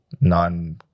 non